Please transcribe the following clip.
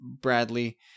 Bradley